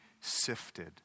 sifted